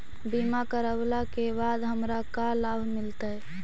बीमा करवला के बाद हमरा का लाभ मिलतै?